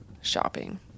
shopping